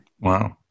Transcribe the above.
Wow